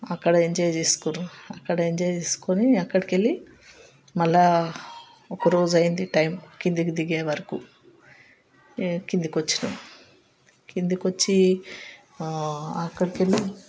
అక్కడ ఎంజాయ్ చేసుకుర్రు అక్కడ ఎంజాయ్ చేసుకోని అక్కడికి వెళ్ళి మళ్ళా ఒకరోజు అయింది టైం కిందికి దిగేవరకు కిందికి వచ్చినాం కిందకు వచ్చి అక్కడికి వెళ్ళి